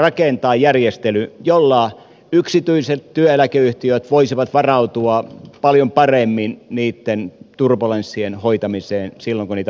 rakentaa järjestely jolla yksityiset työeläkeyhtiöt voisivat varautua paljon paremmin niitten turbulenssien hoitamiseen silloin kun niitä vastaan tulee